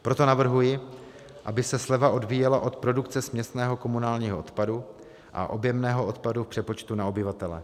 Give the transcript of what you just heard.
Proto navrhuji, aby se sleva odvíjela od produkce směsného komunálního odpadu a objemného odpadu v přepočtu na obyvatele.